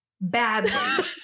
badly